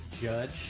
Judge